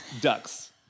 Ducks